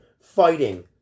fighting